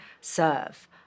serve